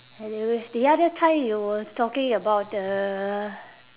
anyways the other time you were talking about the